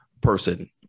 person